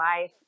life